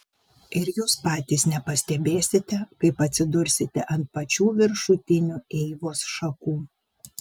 ir jūs patys nepastebėsite kaip atsidursite ant pačių viršutinių eivos šakų